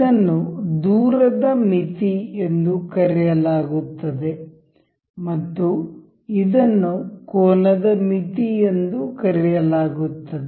ಇದನ್ನು ದೂರದ ಮಿತಿ ಎಂದು ಕರೆಯಲಾಗುತ್ತದೆ ಮತ್ತು ಇದನ್ನು ಕೋನದ ಮಿತಿ ಎಂದು ಕರೆಯಲಾಗುತ್ತದೆ